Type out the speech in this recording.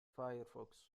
firefox